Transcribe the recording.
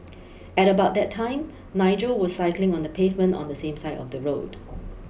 at about that time Nigel was cycling on the pavement on the same side of the road